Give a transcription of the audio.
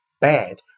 bad